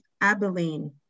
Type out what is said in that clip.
Abilene